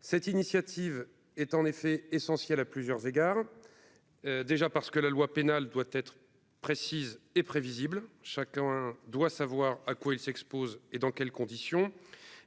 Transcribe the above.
cette initiative est en effet essentiel à plusieurs égards, déjà parce que la loi pénale doit être précise et prévisible, chacun doit savoir à quoi ils s'exposent et dans quelles conditions